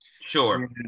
sure